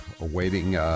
awaiting